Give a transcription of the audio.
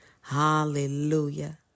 Hallelujah